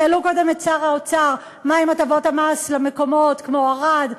שאלו קודם את שר האוצר מה עם הטבות המס למקומות כמו ערד,